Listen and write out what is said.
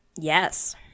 yes